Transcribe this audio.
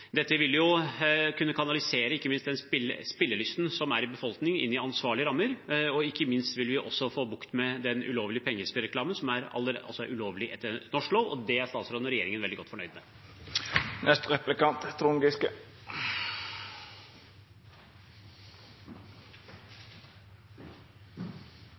Dette vil kunne kanalisere den spillelysten som er i befolkningen, inn i ansvarlige rammer, og ikke minst vil vi få bukt med den pengespillreklamen som er ulovlig etter norsk lov, og det er statsråden og regjeringen veldig godt fornøyd med.